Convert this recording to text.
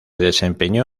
desempeñó